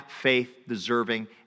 faith-deserving